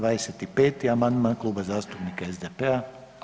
25. amandman Kluba zastupnika SDP-a.